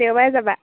দেওবাৰে যাবা